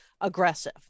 aggressive